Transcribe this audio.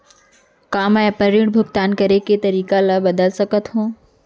का मैं अपने ऋण भुगतान करे के तारीक ल बदल सकत हो?